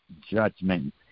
judgment